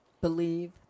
believe